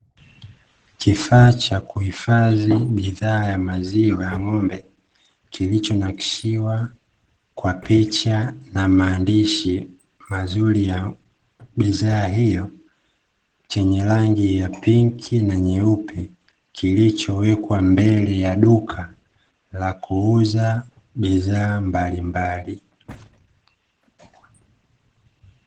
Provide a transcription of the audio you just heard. Kifaa cha kuhifadhi bidhaa ya maziwa ya ng'ombe, kilichonakshiwa kwa picha na maandishi mazuri ya bidhaa hiyo chenye rangi ya pinki na nyeupe, kilichowekwa mbele ya duka la kuuza bidhaa mbalimbali.